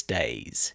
days